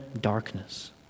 darkness